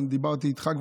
דיברתי איתך,